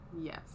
yes